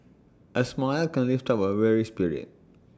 A smile can lift up A weary spirit